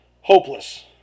Hopeless